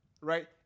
right